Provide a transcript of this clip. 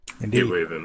Indeed